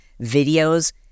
videos